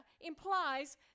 implies